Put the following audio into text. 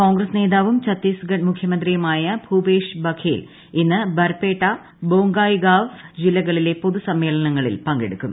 കോൺഗ്രസ് നേതാവും ഛത്തീസ്മുഡ് മുഖ്യമന്ത്രിയുമായ ഭൂപേഷ് ബഘേൽ ഇന്ന് ബർപ്പേട്ട ബോംഗായ്ഗാവ് ജില്ലകളിലെ പൊതുസമ്മേളനങ്ങളിൽ പങ്കെട്ടുക്കും